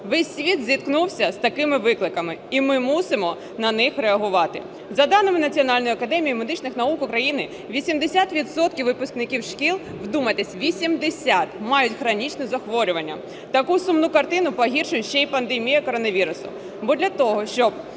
Весь світ зіткнувся з такими викликами, і ми мусимо на них реагувати. За даними Національної академії медичних наук України 80 відсотків випускників шкіл, вдумайтесь, 80, мають хронічні захворювання. Таку сумну картину погіршує ще і пандемія коронавірусу. Бо для того, щоб